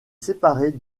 séparée